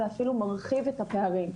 זה אפילו מרחיב את הפערים.